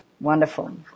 Wonderful